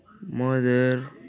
Mother